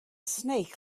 snake